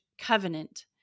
covenant